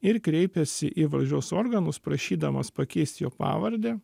ir kreipiasi į valdžios organus prašydamas pakeist jo pavardę